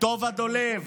טובה דולב,